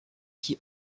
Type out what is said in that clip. qui